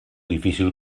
difícil